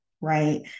right